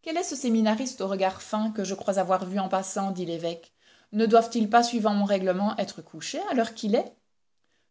quel est ce séminariste au regard fin que je crois avoir vu en passant dit l'évoque ne doivent-ils pas suivant mon règlement être couchés à l'heure qu'il est